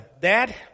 dad